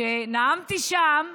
כשנאמתי שם,